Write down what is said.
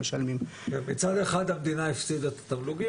בצד אחד המדינה הפסידה את התמלוגים